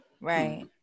Right